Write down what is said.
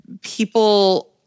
people –